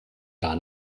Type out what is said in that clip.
gar